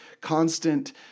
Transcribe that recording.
constant